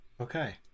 Okay